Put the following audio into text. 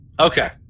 Okay